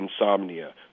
insomnia